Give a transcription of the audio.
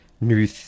new